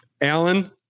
Alan